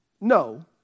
No